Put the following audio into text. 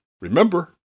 Remember